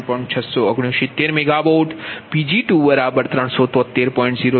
669 MW Pg2 373